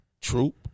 Troop